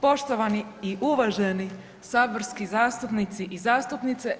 Poštovani i uvaženi saborski zastupnici i zastupnice.